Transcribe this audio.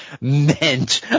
meant